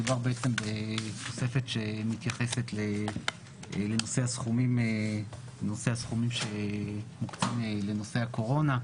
מדובר בתוספת שמתייחסת לנושא הסכומים שמוקצים לנושא הקורונה,